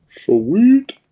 Sweet